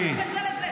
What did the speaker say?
מה הקשר בין זה לזה?